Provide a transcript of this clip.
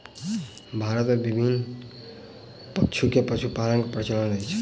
भारत मे विभिन्न पशु के पशुपालन के प्रचलन अछि